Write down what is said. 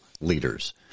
leaders